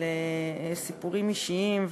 סיפורים אישיים,